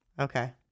Okay